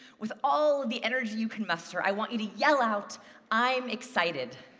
with all the energy you can muster, i want you to yell out i'm excited.